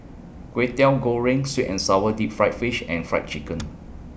Kwetiau Goreng Sweet and Sour Deep Fried Fish and Fried Chicken